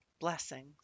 Blessings